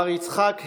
מר יצחק הרצוג,